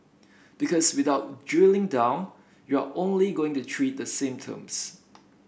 because without drilling down you're only going to treat the symptoms